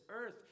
earth